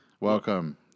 welcome